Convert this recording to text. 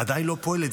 עדיין לא פועלת.